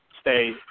stay